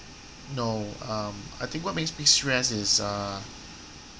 no um I think what makes me stressed is uh